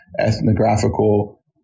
ethnographical